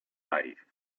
life